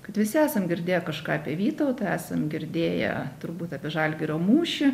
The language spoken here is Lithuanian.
kad visi esam girdėję kažką apie vytautą esam girdėję turbūt apie žalgirio mūšį